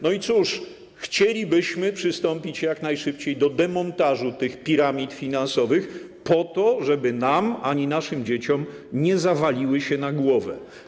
No i cóż, chcielibyśmy przystąpić jak najszybciej do demontażu tych piramid finansowych, po to żeby nam ani naszym dzieciom nie zawaliły się na głowę.